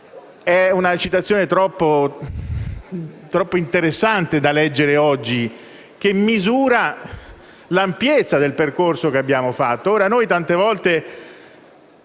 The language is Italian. ma è troppo interessante da leggere oggi, che misura l'ampiezza del percorso per abbiamo fatto.